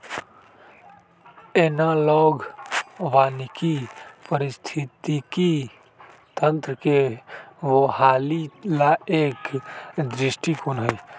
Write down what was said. analogue वानिकी पारिस्थितिकी तंत्र के बहाली ला एक दृष्टिकोण हई